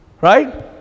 Right